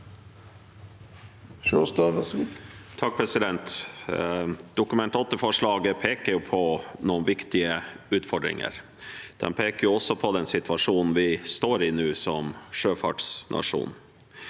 (A) Dokument 8-forslaget peker på noen viktige utfordringer. Det peker også på den situasjonen vi står i nå som sjøfartsnasjon.